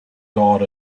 god